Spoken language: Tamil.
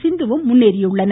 சிந்துவும் முன்னேறியுள்ளனர்